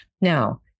Now